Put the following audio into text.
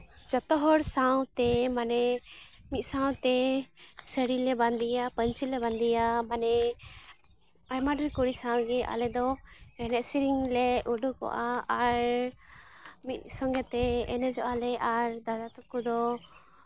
ᱡᱚᱛᱚ ᱦᱚᱲ ᱥᱟᱶᱛᱮ ᱢᱟᱱᱮ ᱢᱤᱫ ᱥᱟᱶᱛᱮ ᱥᱟᱹᱲᱤ ᱞᱮ ᱵᱟᱸᱫᱮᱭᱟ ᱯᱟᱹᱧᱪᱤ ᱞᱮ ᱵᱟᱸᱫᱮᱭᱟ ᱢᱟᱱᱮ ᱟᱭᱢᱟ ᱰᱷᱮᱨ ᱠᱩᱲᱤ ᱥᱟᱶᱜᱮ ᱟᱞᱮ ᱫᱚ ᱮᱱᱮᱡ ᱥᱮᱨᱮᱧ ᱞᱮ ᱩᱰᱩᱠᱚᱜᱼᱟ ᱟᱨ ᱢᱤᱫ ᱥᱚᱝᱜᱮᱛᱮ ᱮᱱᱮᱡᱚᱜᱼᱟ ᱞᱮ ᱟᱨ ᱫᱟᱫᱟ ᱛᱟᱠᱚ ᱫᱚ